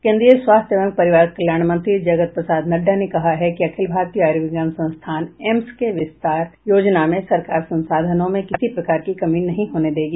केन्द्रीय स्वास्थ्य एवं परिवार कल्याण मंत्री जगत प्रसाद नड्डा ने कहा है कि अखिल भारतीय आयुर्विज्ञान संस्थानएम्स के विस्तार योजना में सरकार संसाधनों में किसी प्रकार की कमी नहीं होने देगी